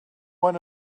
one